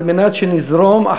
כדי שנזרום.